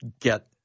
get